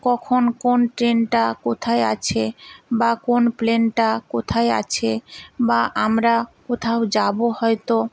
কখন কোন ট্রেনটা কোথায় আছে বা কোন প্লেনটা কোথায় আছে বা আমরা কোথাও যাবো হয়তো